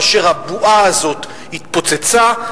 כאשר הבועה הזאת התפוצצה,